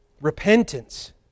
Repentance